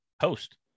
post